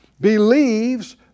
believes